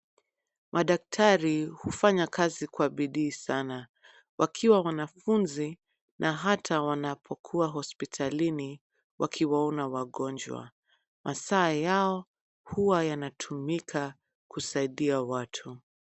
Madaktari hufanya kazi kwa bidii sana wakiwa wanafunzi na hata wanapokuwa hospitalini wakiwaona wagonjwa. Masaa yao huwa yanatumika kusaidia watu.